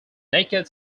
naked